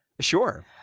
Sure